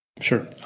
Sure